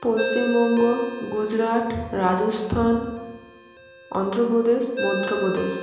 Paschimbanga Gujarat Rajasthan Andhra Pradesh Madhya Pradesh